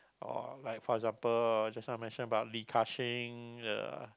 or like for example just now I mentioned about Li Ka Shing the